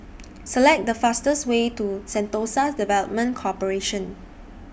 Select The fastest Way to Sentosa Development Corporation